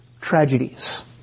tragedies